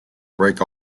break